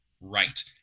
right